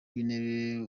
w’intebe